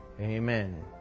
Amen